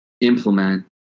implement